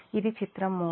ఇది చిత్రం 3